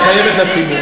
את חייבת לציבור.